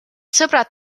sõbrad